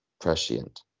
prescient